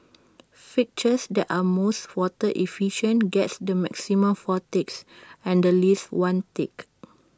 fixtures that are most water efficient get the maximum four ticks and the least one tick